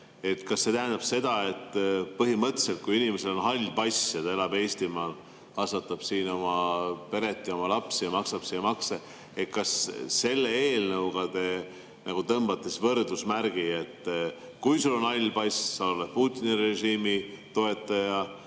kas see tähendab seda, et põhimõtteliselt, kui inimesel on hall pass ja ta elab Eestimaal, kasvatab siin oma peret, oma lapsi, ja maksab makse, siis te eelnõuga tõmbate võrdusmärgi, et kui sul on hall pass, siis oled Putini režiimi toetaja,